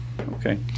Okay